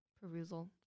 perusal